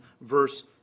verse